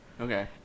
Okay